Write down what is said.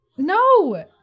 No